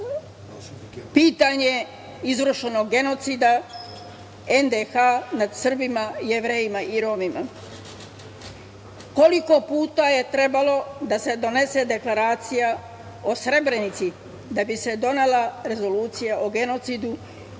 pitanje izvršenog genocida NDH nad Srbima, Jevrejima i Romima. Koliko puta je trebalo da se donese Deklaracija o Srebrenici da bi se donela rezolucija o genocidu